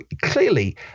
clearly